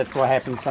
like what happened